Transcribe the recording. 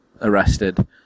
arrested